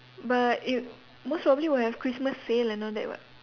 but it mostly probably will have Christmas sale and all that